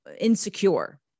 insecure